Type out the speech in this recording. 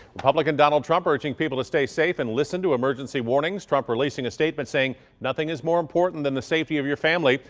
republican donald trump urging people to stay safe and listen to emergency warnings. trump releasing a statement saying, nothing is more important that the safety of your family.